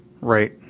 Right